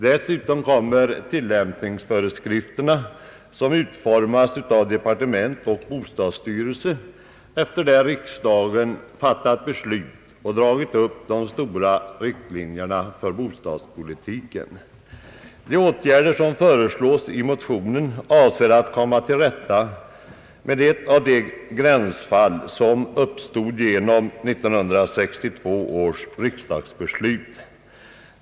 Dessutom tillkommer tillämpningsföreskrifterna som utformas av departement och bostadsstyrelse efter det att riksdagen fattat beslut om och dragit upp de stora riktlinjerna för bostadspolitiken. De åtgärder som föreslås i motionen avser att komma till rätta med ett av de gränsfall som uppstod genom 1962 års riksdagsbeslut.